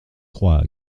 croix